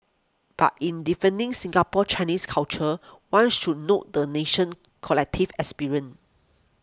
but in defining Singapore Chinese culture one should note the nation's collective experience